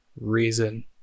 reason